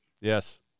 Yes